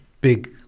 big